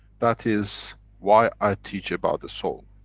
that is why i teach about the soul.